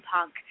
Punk